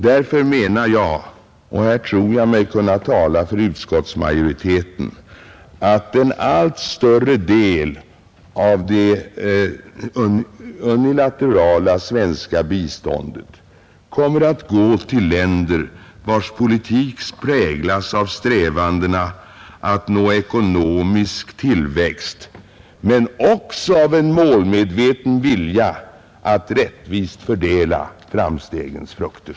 Därför menar jag — och här tror jag mig kunna tala för utskottsmajoriteten — att en allt större del av det unilaterala svenska biståndet kommer att gå till länder, vilkas politik präglas av strävandena att nå ekonomisk tillväxt men också av en målmedveten vilja att rättvist fördela framstegens frukter.